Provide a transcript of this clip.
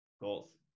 Goals